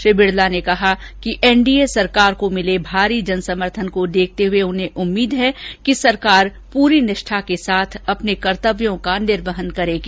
श्री बिड़ला ने कहा कि एनडीए सरकार को मिले भारी जनसमर्थन को देखते हए उन्हें उम्मीद है कि सरकार पूरी निष्ठा के साथ अपने कर्तव्यों का निर्वहन करेंगी